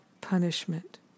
punishment